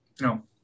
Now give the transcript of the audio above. No